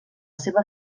seva